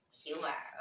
humor